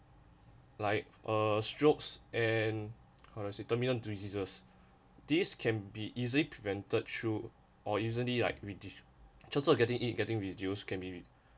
like uh strokes and common terminal diseases these can be easily prevented through or easily like reduce total getting it getting reduced can be